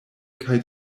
kaj